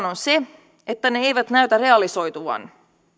on se että ne eivät näytä realisoituvan